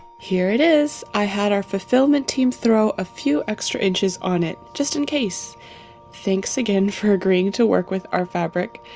here it is. i had our fulfillment teams throw a few extra inches on it. just in case thanks again for agreeing to work with our fabric,